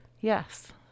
Yes